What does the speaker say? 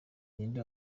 ninde